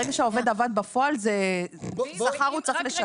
ברגע שהעובד עבד בפועל, מחר הוא צריך לשלם.